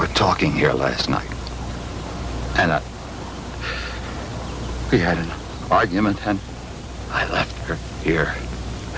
were talking here last night and we had an argument and i left here